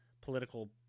political